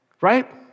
Right